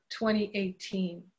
2018